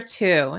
two